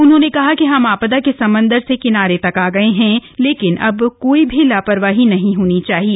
उन्होंने कहा कि हम आपदा के समंदर से किनारे तक आ गये हैं लेकिन अब कोई भी लापरवाही नहीं होनी चाहिए